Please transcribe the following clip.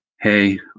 Hey